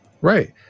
Right